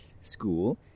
school